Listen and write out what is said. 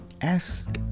ask